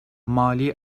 mali